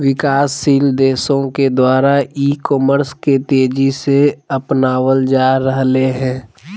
विकासशील देशों के द्वारा ई कॉमर्स के तेज़ी से अपनावल जा रहले हें